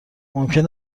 ممکن